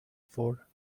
for